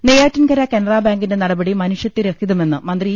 നെയ്യാറ്റിൻകര കനറാ ബാങ്കിന്റെ നടപടി മനുഷ്യത്ഥരഹിതമെന്ന് മന്ത്രി ഇ